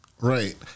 Right